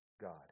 God